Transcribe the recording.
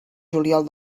juliol